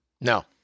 No